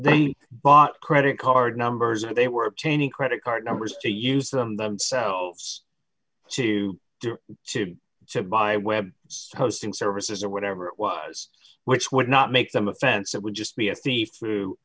they bought credit card numbers and they were obtaining credit card numbers to use them themselves to do so by web hosting services or whatever it was which would not make them offense it would just be a thief through